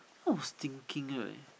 I was thinking right